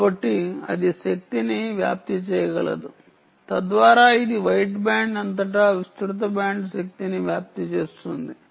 కాబట్టి అది శక్తిని వ్యాప్తి చేయగలదు తద్వారా ఇది వైట్ బ్యాండ్ అంతటా విస్తృత బ్యాండ్ శక్తిని వ్యాప్తి చేస్తుంది